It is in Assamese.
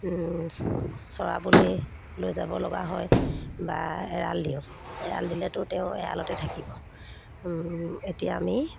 চৰাবলৈ লৈ যাব লগা হয় বা এৰাল দিওঁ এৰাল দিলেতো তেওঁ এৰালতে থাকিব এতিয়া আমি